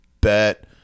bet